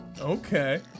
Okay